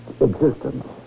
existence